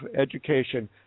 education